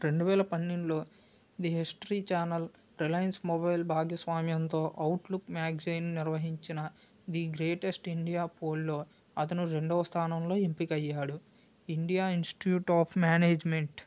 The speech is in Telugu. రెండు వేల పన్నెండులో the history channel Reliance mobile భాగ్యస్వామ్యంతో అవుట్లుక్ మ్యాగజైన్ నిర్వహించినది గ్రేటెస్ట్ ఇండియా పోల్లో అతను రెండవ స్థానంలో ఎంపికయ్యాడు ఇండియా ఇన్స్టిట్యూట్ ఆఫ్ మేనేజ్మెంట్